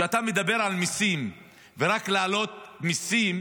כשאתה מדבר על מיסים ורק על להעלות מיסים,